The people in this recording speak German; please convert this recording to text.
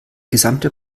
gesamte